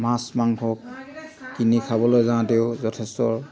মাছ মাংস কিনি খাবলৈ যাওঁতেও যথেষ্ট